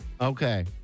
Okay